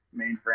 mainframe